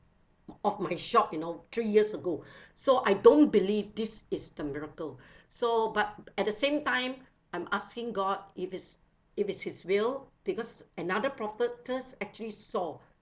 of my shop you know three years ago so I don't believe this is the miracle so but at the same time I'm asking god if is if is his will because another prophetess actually saw